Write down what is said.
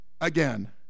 again